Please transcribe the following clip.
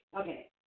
Okay